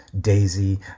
daisy